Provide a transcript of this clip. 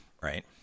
right